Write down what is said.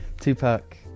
Tupac